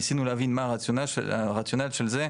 ניסינו להבין מה הרציונל של זה,